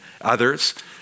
others